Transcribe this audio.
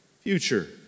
future